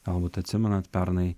gal būt atsimenat pernai